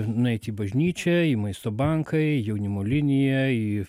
nueit į bažnyčią į maisto banką į jaunimo liniją į